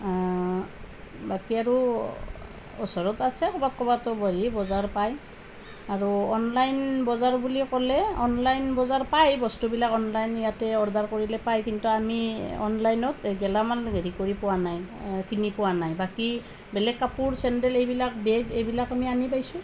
বাকী আৰু ওচৰত আছে ক'ৰবাত ক'ৰবাত বজাৰ পায় আৰু অনলাইন বজাৰ বুলি ক'লে অনলাইন বজাৰ পায় বস্তুবিলাক অনলাইন ইয়াতে অৰ্ডাৰ কৰিলে পায় কিন্তু আমি অনলাইনত গেলামাল হেৰি কৰি পোৱা নাই কিনি পোৱা নাই বাকী বেলেগ কাপোৰ চেণ্ডেল এইবিলাক বেগ এইবিলাক আনি পাইছোঁ